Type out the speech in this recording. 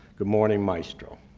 good morning, maestro.